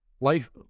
Life